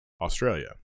australia